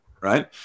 Right